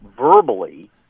verbally